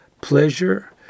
pleasure